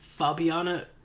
Fabiana